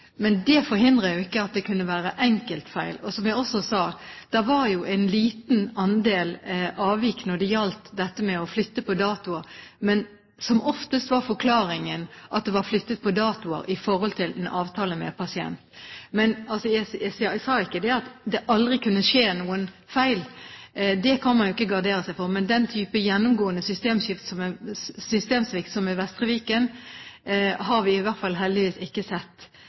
Men det forhindrer jo ikke at det kunne være enkeltfeil. Som jeg også sa: Det var en liten andel avvik når det gjaldt dette med å flytte på datoer. Men som oftest var forklaringen at det var flyttet på datoer etter avtale med pasienten. Jeg sa ikke at det aldri kan skje noen feil. Det kan man ikke gardere seg mot. Men den typen gjennomgående systemsvikt som i Vestre Viken har vi i hvert fall heldigvis ikke sett